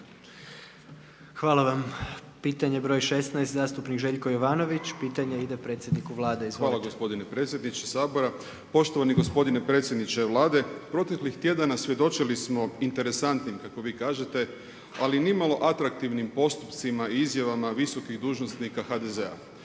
Hvala vam. Pitanje broj 16, zastupnik Željko Jovanović, pitanje ide predsjednik Vlade. Izvolite. **Jovanović, Željko (SDP)** Hvala gospodine predsjedniče Sabora. Poštovani gospodine predsjedniče Vlade, proteklih tjedana svjedočili smo interesantnim kako vi kažete, ali nimalo atraktivnim postupcima i izjavama visokih dužnosnika HDZ-a.